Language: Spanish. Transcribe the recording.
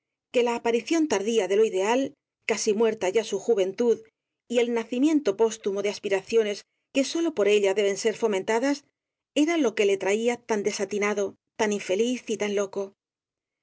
que la aparición tardía de lo ideal casi muerta ya su ju ventud y el nacimiento postumo de aspii aciones que sólo por ella deben ser fomentadas era lo que le traía tan desatinado tan infeliz y tan loco